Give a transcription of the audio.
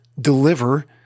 deliver